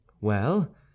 Well